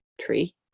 tree